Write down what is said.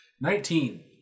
nineteen